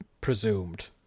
presumed